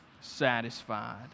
satisfied